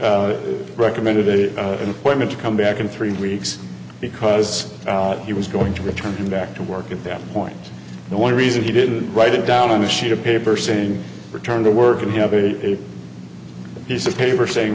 had recommended an appointment to come back in three weeks because he was going to return him back to work at that point and one reason he didn't write it down on a sheet of paper saying return to work and you have a piece of paper saying